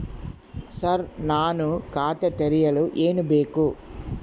Sir ನಾನು ಖಾತೆ ತೆರೆಯಲು ಏನು ಬೇಕು?